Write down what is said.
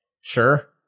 Sure